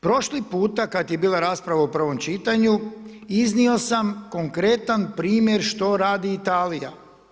Prošli puta kad je bila rasprava u prvom čitanju iznio sam konkretan primjer što radi Italija.